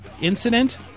incident